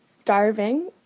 starving